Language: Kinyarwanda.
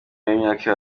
y’imyaka